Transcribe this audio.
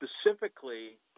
specifically